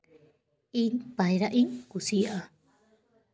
ᱤᱧ ᱯᱟᱭᱨᱟᱜ ᱤᱧ ᱠᱩᱥᱤᱭᱟᱜᱼᱟ